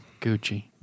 Gucci